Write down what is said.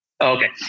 Okay